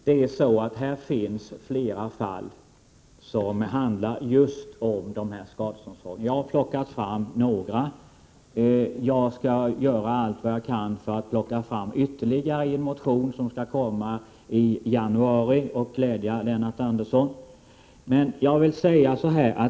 Herr talman! Det finns flera fall som handlar just om dessa skadeståndskrav. Jag har plockat fram några, och jag skall göra allt vad jag kan för att plocka fram ytterligare några till en motion som skall komma i januari och glädja Lennart Andersson.